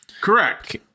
Correct